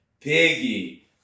Piggy